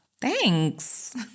Thanks